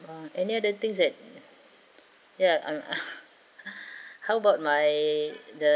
ah any other things that ya I'm how about my the